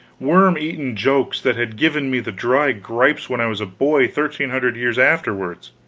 worm-eaten jokes that had given me the dry gripes when i was a boy thirteen hundred years afterwards.